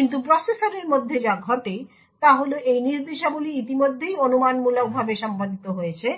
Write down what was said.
কিন্তু প্রসেসরের মধ্যে যা ঘটে তা হল এই নির্দেশাবলী ইতিমধ্যেই অনুমানমূলকভাবে সম্পাদিত হয়েছে